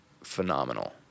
phenomenal